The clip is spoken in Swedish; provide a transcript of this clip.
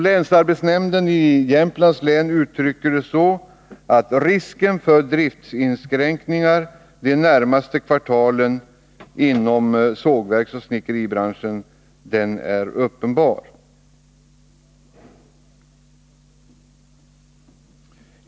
Länsarbetsnämnden i Jämtlands län uttrycker det så, att risken för driftsinskränkningar det närmaste kvartalet inom sågverksoch snickeribranschen är uppenbar.